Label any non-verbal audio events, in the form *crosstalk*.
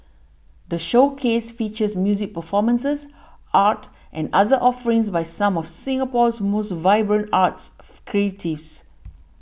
the showcase features music performances art and other offerings by some of Singapore's most vibrant arts *unintelligible* creatives